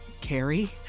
Carrie